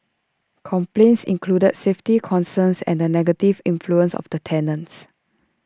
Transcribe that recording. complaints included safety concerns and the negative influence of the tenants